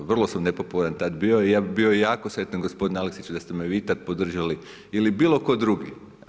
Vrlo sam nepopularan tada bio i ja bi bio jako sretan gospodine Aleksiću da ste me vi tad podržali ili bilo tko drugi.